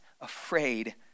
afraid